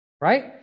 right